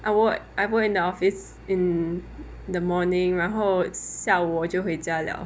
I work I worked in the office in the morning 然后下午我就回家 liao